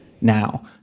now